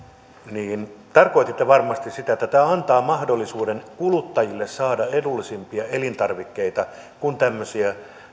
niin tarkoititte varmasti sitä että tämä antaa mahdollisuuden kuluttajille saada edullisimpia elintarvikkeita kun tehdään tämmöisiä